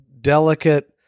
delicate